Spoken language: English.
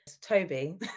Toby